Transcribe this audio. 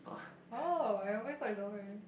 oh I always thought it's the whole family